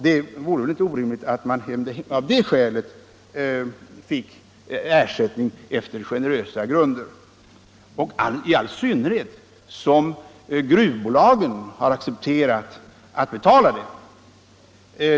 Det vore inte orimligt att man av det skälet fick ersättning efter generösa grunder, i all synnerhet som gruvbolagen har accepterat att betala sådan.